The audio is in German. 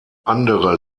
andere